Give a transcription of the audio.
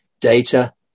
data